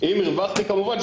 אם הרווחתי כמובן,